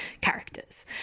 characters